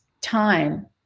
time